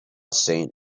saint